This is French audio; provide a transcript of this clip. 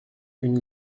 une